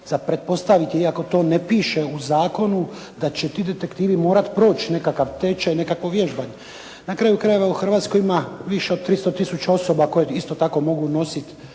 za pretpostaviti je iako to ne piše u zakonu da će ti detektivi morati proći nekakav tečaj , nekakvo vježbanje. Na kraju krajeva u Hrvatskoj ima više od 300 tisuća osoba koje isto tako mogu nositi